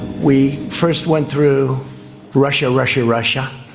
we first went through russia, russia, russia.